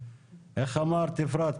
איך אמרת אפרת?